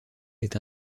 est